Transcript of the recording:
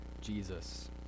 Jesus